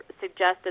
suggested